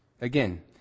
Again